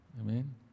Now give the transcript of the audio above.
Amen